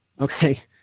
Okay